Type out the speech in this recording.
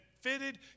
fitted